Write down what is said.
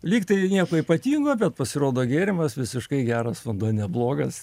lyg tai nieko ypatingo bet pasirodo gėrimas visiškai geras vanduo neblogas